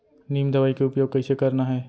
नीम दवई के उपयोग कइसे करना है?